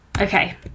okay